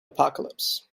apocalypse